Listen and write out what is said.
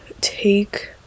take